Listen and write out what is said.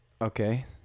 Okay